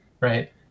right